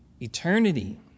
Eternity